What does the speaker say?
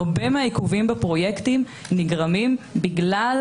הרבה מהעיכובים בפרויקטים נגרמים בגלל